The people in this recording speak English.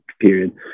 period